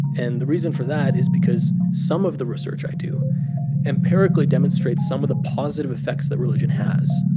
and the reason for that is because some of the research i do empirically demonstrates some of the positive effects that religion has.